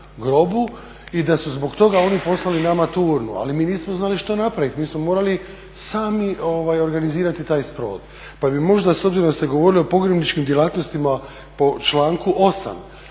grobu i da su zbog toga oni poslali nama tu urnu. Ali mi nismo znali što napraviti, mi smo morali sami organizirati taj sprovod. Pa bi možda s obzirom da ste govorilo o pogrebničkim djelatnostima po članku 8.